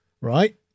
right